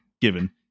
given